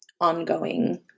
ongoing